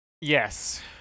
Yes